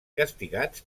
castigats